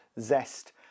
Zest